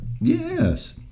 Yes